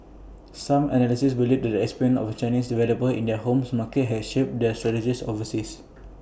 some analysts believe that the experience of Chinese developers in their homes market has shaped their strategies overseas